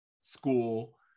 school